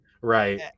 right